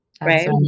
Right